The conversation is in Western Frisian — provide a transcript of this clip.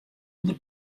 ûnder